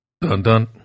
Dun-dun